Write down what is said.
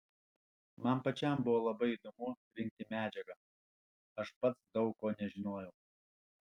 man pačiam buvo labai įdomu rinkti medžiagą aš pats daug ko nežinojau